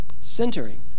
centering